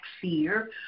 fear